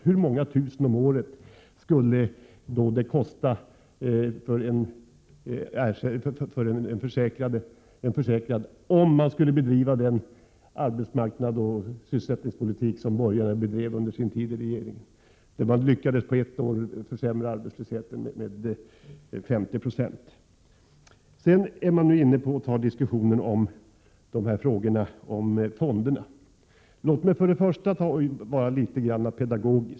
Hur många tusen om året skulle det kosta för en försäkrad, om man skulle bedriva den arbetsmarknadsoch sysselsättningspolitik som borgarna bedrev under sin tid i regeringen, då de lyckades på ett år försämra arbetslösheten med 50 7? Sedan tar man upp diskussionen om fonderna. Låt mig vara något av en pedagog.